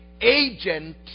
agent